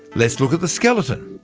let's look at the skeleton.